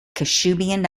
kashubian